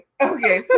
Okay